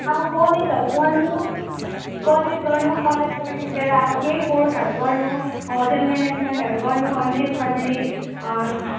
अब कलेजहरू गर्नु कलेज गर्नु कलेज गरिसकेर अब केही कोर्सहरू गर्नु होटेल म्यानेजमेन्टहरू गर्नु अन्त त्यसपछाडि